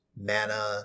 mana